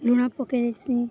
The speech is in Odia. ଲୁଣ ପକେଇ ଦେସି